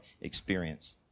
experience